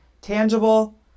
tangible